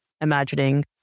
imagining